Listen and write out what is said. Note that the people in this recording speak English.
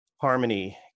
Harmony